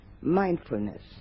mindfulness